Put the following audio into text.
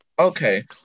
Okay